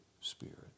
Spirit